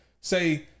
say